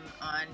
on